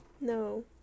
No